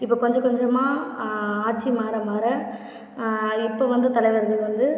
இப்போ கொஞ்சக் கொஞ்சமாக ஆட்சி மாற மாற இப்போ வந்து தலைவர்கள் வந்து